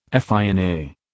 FINA